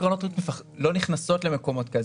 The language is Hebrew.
קרנות ריט לא נכנסות היום למקומות כאלה,